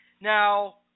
now